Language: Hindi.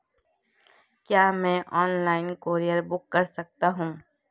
क्या मैं ऑनलाइन कूरियर बुक कर सकता हूँ?